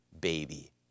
Baby